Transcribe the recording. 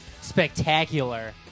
spectacular